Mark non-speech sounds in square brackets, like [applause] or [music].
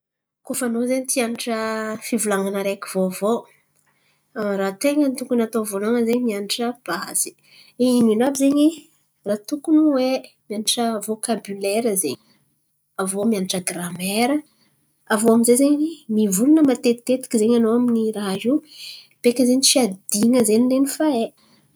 Koa fa anao zen̈y ty hianatra fivolan̈ana araiky vaovao, [hesitation] raha ten̈a tokony atao vôlohany zen̈y mianatra bazy. Ino ino àby zen̈y raha tokony hay mianatra vôkabilera zen̈y. Aviô mianatra giramaira. Aviô aminjay zen̈y mivolan̈a matetitekiky zen̈y anao amin'ny raha io beka zen̈y tsy adin̈a zen̈y lainy fa hay.